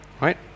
right